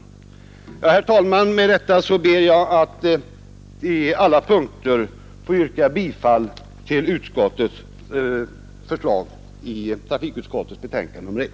Herr talman, jag ber att med det anförda få yrka bifall till utskottets hemställan på alla punkter i trafikutskottets betänkande nr 1.